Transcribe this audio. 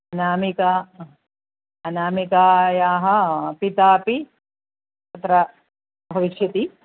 अनामिका अनामिकायाः पितापि अत्र भविष्यति